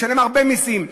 משלם הרבה מסים.